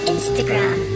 Instagram